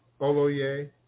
Oloye